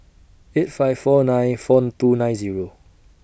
eight five four nine four two nine Zero